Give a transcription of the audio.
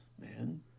man